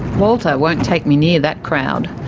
walter won't take me near that crowd.